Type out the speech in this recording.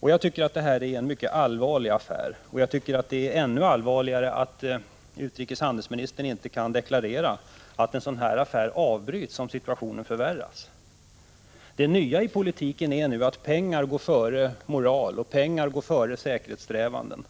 Jag tycker att detta är en mycket allvarlig affär, och jag tycker att det är ännu allvarligare att utrikeshandelsministern inte kan deklarera att en sådan här affär avbryts om situationen förvärras. Det nya i politiken är nu att pengar går före moral och före säkerhetssträvanden.